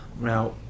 Now